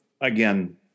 again